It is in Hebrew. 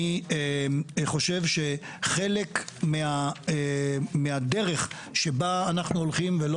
אני חושב שחלק מהדרך שבה אנחנו הולכים ולא